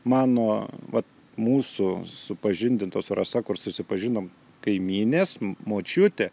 mano vat mūsų supažindintos su rasa kur susipažinom kaimynės močiutė